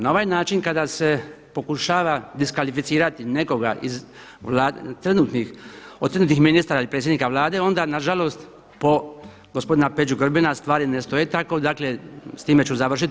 Na ovaj način kada se pokušava diskvalificirati nekoga iz trenutnih, od trenutnih ministara i predsjednika Vlade onda nažalost po gospodina Peđu Grbina stvari ne stoje tako, dakle s time ću završiti.